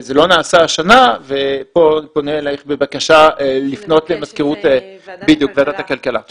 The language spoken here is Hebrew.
זה לא נעשה השנה וכאן אני פונה אליך בבקשה לפנות לוועדת הכלכלה בנושא.